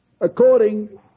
according